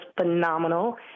phenomenal